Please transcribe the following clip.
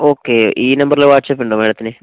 okay ഈ നമ്പറിൽ വാട്ട്സപ്പുണ്ടോ മേഡത്തിന്